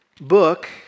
book